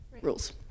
rules